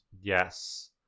Yes